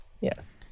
Yes